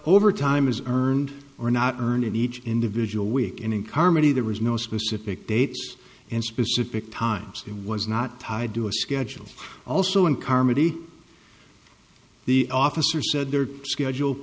over time is earned or not earned in each individual week in carmody there was no specific dates and specific times it was not tied to a schedule also in carmody the officer said their schedule